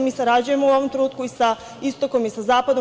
Mi sarađujemo u ovom trenutku i sa istokom i sa zapadom.